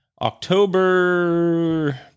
October